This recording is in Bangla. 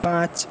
পাঁচ